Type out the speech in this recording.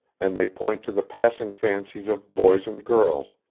and they point to the passing fancies of boys and girls,